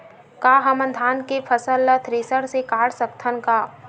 का हमन धान के फसल ला थ्रेसर से काट सकथन का?